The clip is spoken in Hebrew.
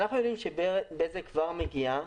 אנחנו יודעים שבזק כבר מגיעה,